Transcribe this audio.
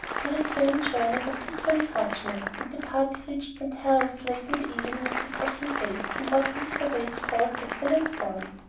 the return journey was equally fortunate, and the party reached st. helen's late in the evening of the second day, in what mr. wade called excellent form.